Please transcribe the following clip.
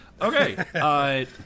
Okay